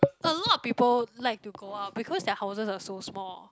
a lot people like to go out because their houses are so small